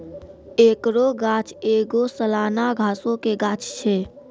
एकरो गाछ एगो सलाना घासो के गाछ छै